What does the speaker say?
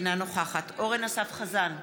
אינה נוכחת אורן אסף חזן,